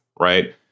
right